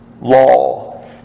law